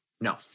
No